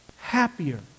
happier